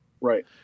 Right